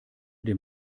dem